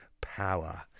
power